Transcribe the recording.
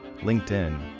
LinkedIn